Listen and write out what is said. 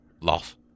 Loss